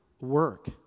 work